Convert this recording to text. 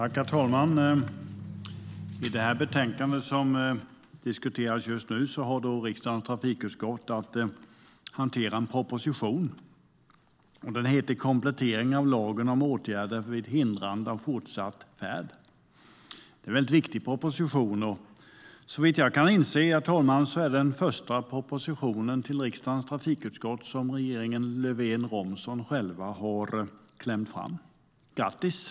Herr talman! I det betänkande som nu diskuteras har riksdagens trafikutskott fått hantera en proposition, Komplettering av lagen om åtgärder vid hindrande av fortsatt färd . Det är en viktig proposition, och såvitt jag kan se är det den första propositionen till riksdagens trafikutskott som regeringen Löfven-Romson har klämt fram själv. Grattis!